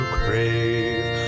crave